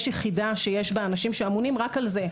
יש יחידה שיש בה אנשים שאמונים רק על זה.